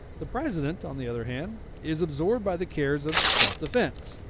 the president, on the other hand, is absorbed by the cares of self-defence.